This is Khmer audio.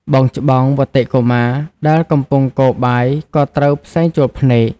បងច្បង វត្តិ កុមារ ដែលកំពុងកូរបាយក៏ត្រូវផ្សែងចូលភ្នែក។